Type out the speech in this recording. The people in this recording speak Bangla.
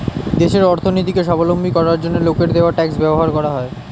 দেশের অর্থনীতিকে স্বাবলম্বী করার জন্য লোকের দেওয়া ট্যাক্স ব্যবহার করা হয়